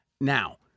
Now